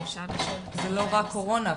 זה לא רק קורונה,